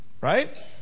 Right